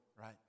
right